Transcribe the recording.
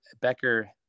becker